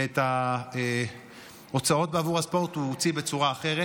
ואת ההוצאות בעבור הספורט הוא הוציא בצורה אחרת.